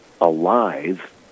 alive